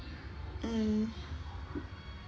mm